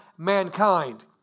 mankind